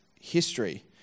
history